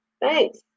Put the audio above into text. Thanks